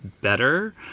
better